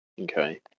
okay